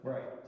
Right